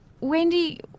Wendy